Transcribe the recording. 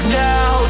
now